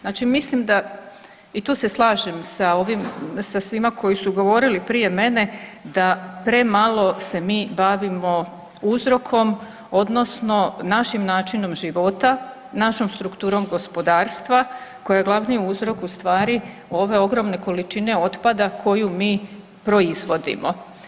Znači mislim da i tu se slažem sa ovim, sa svima koji su govorili prije mene, da premalo se mi bavimo uzrokom, odnosno našim načinom života, našom strukturom gospodarstva koje je glavni uzrok ustvari ove ogromne količine otpada koju mi proizvodimo.